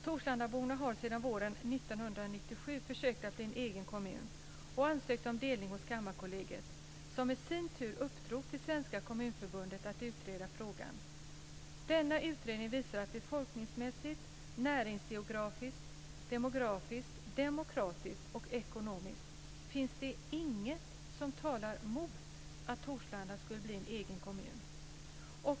Torslandaborna har sedan våren 1997 försökt att göra Torslanda till en egen kommun, och man har ansökt om delning hos Kammarkollegiet, som i sin tur uppdragit till Svenska Kommunförbundet att utreda frågan. Denna utredning visar att det befolkningsmässigt, näringsgeografiskt, demografiskt, demokratiskt och ekonomiskt inte finns någonting som talar mot att Torslanda blir en egen kommun.